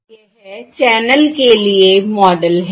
यह चैनल के लिए मॉडल है